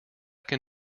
can